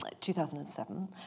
2007